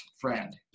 friend